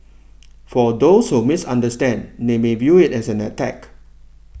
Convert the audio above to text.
for those who misunderstand they may view it as an attack